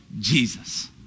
Jesus